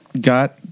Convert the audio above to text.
got